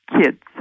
kids